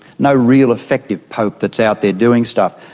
no real effective pope that's out there doing stuff.